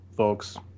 Folks